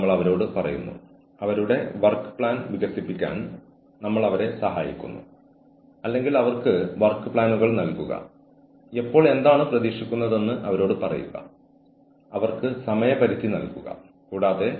തുടർച്ചയായി നടക്കുന്ന കുറ്റകരമായ അധിക്ഷേപകരമായ ഭീഷണിപ്പെടുത്തുന്ന ക്ഷുദ്രകരമായ അല്ലെങ്കിൽ അപമാനകരമായ അധികാര ദുർവിനിയോഗം അല്ലെങ്കിൽ അന്യായമായ ശിക്ഷാ ഉപരോധം എന്നിവ സ്വീകർത്താവിനെ അസ്വസ്ഥനാക്കുന്നു ഇത് അവരുടെ ആത്മവിശ്വാസം തകർക്കുകയും സമ്മർദ്ദം അനുഭവിക്കാൻ കാരണമാവുകയും ചെയ്യും